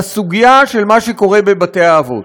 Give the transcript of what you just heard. בסוגיה של מה שקורה בבתי-האבות.